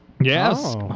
Yes